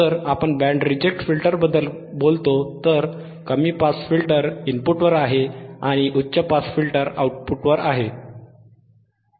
जर आपण band reject फिल्टरबद्दल बोललो तर कमी पास फिल्टर इनपुटवर आहे आणि उच्च पास फिल्टर आउटपुट आहे